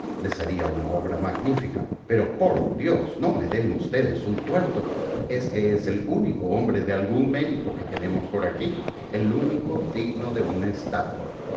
les haría una obra magnífica pero por dios no me den ustedes un tuerto es que es el único hombre de algún mérito que tenemos por aquí el único digno de una estatua